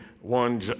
one